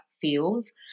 feels